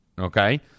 okay